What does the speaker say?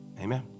Amen